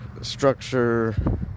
structure